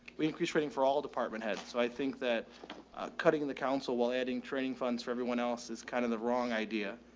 we increased rating for all department heads. so i think that cutting the council while adding training funds for everyone else is kind of the wrong idea.